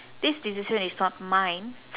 this decision is not mine